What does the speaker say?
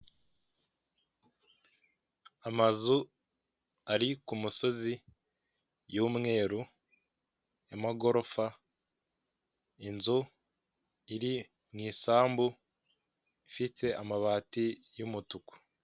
Amazu ari ku musozi y'umweru, y'amagorofa, inzu iri mu isambu, ifite amabati y'umutuku.